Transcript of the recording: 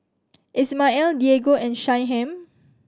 Ismael Diego and Shyheim